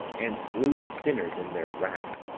and slew the sinners in their wrath,